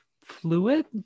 fluid